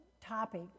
topic